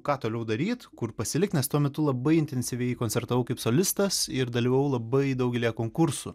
ką toliau daryt kur pasilikt nes tuo metu labai intensyviai koncertavau kaip solistas ir dalyvavau labai daugelyje konkursų